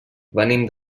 venim